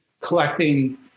collecting